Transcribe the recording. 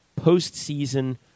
Postseason